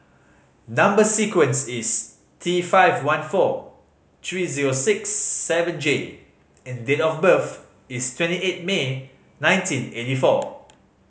number sequence is T five one four three zero six seven J and date of birth is twenty eight May nineteen eighty four